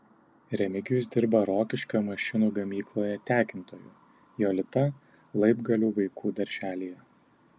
remigijus dirba rokiškio mašinų gamykloje tekintoju jolita laibgalių vaikų darželyje